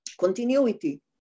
continuity